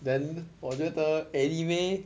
then 我觉得 anime